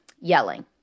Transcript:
yelling